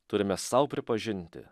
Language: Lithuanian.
turime sau pripažinti